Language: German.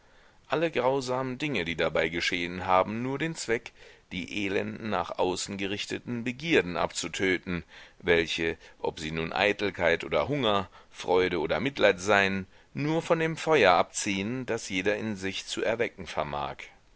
alle grausamen dinge die dabei geschehen haben nur den zweck die elenden nach außen gerichteten begierden abzutöten welche ob sie nun eitelkeit oder hunger freude oder mitleid seien nur von dem feuer abziehen das jeder in sich zu erwecken vermag